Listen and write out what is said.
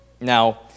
Now